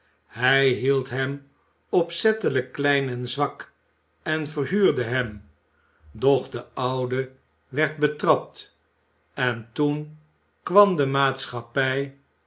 hij hield hem opzettelijk klein en zwak en verhuurde hem doch de oude werd betrapt en toen kwam de maatschappij